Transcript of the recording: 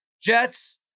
Jets